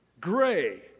gray